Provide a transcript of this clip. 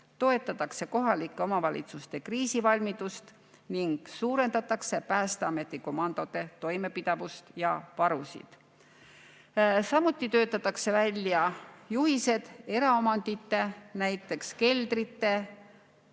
toetatakse kohalike omavalitsuste kriisivalmidust ning suurendatakse Päästeameti komandode toimepidevust ja varusid. Samuti töötatakse välja juhised eraomandi, näiteks keldrite